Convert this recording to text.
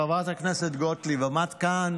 חברת הכנסת גוטליב, עמדת כאן